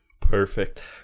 Perfect